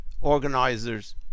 organizers